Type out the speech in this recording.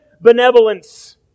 benevolence